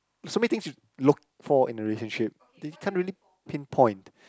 so many things to look for in a relationship they can't really pinpoint